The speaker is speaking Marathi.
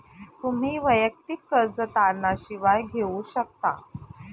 तुम्ही वैयक्तिक कर्ज तारणा शिवाय घेऊ शकता